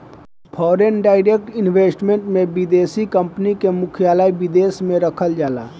foreign direct investment में विदेशी company के मुख्यालय विदेश में रखल जाला